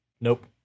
Nope